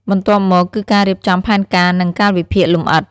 បន្ទាប់មក គឺការរៀបចំផែនការ និងកាលវិភាគលម្អិត។